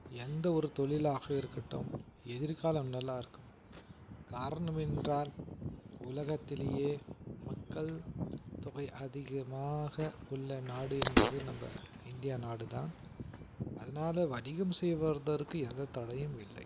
எந்த ஒரு தொழிலாக இருக்கட்டும் எதிர்காலம் நல்லா இருக்கும் காரணம் என்றால் உலகத்திலேயே மக்கள் தொகை அதிகமாக உள்ள நாடு என்பது நம்ம இந்தியா நாடு தான் அதனால வணிகம் செய்வதற்கு எந்தத் தடையும் இல்லை